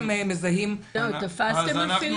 זהו, תפסתם מפעילים?